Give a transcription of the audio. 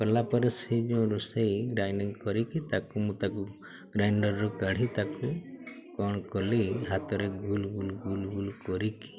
କଲାପରେ ସେଇ ଯେଉଁ ରୋଷେଇ ଗ୍ରାଇଣ୍ଡିଂ କରିକି ତାକୁ ମୁଁ ତାକୁ ଗ୍ରାଇଣ୍ଡର୍ ରୁ କାଢ଼ି ତାକୁ କ'ଣ କଲି ହାତରେ ଗୋଲ ଗୋଲ ଗୋଲ ଗୋଲ କରିକି